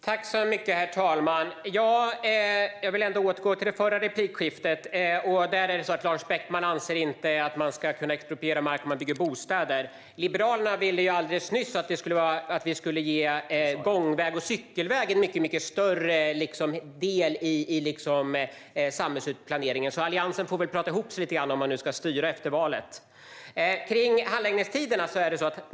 Herr talman! Jag vill återgå till det förra replikskiftet. Lars Beckman anser inte att man ska kunna expropriera mark när man bygger bostäder. Liberalerna ville ju alldeles nyss att vi skulle ge gångvägar och cykelvägar en mycket större del i samhällsplaneringen, så Alliansen får väl prata ihop sig lite grann om man nu ska styra efter valet.